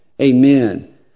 Amen